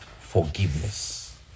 forgiveness